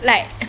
like